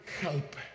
help